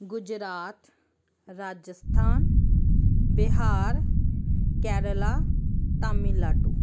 Gujarat Rajasthan Bihar Kerala Tamil Nadu